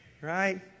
right